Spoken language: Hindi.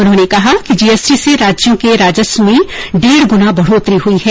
उन्होंने कहा कि जीएसटी से राज्यों के राजस्व में डेढ गुना बढ़ोतरी हुई है